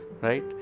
Right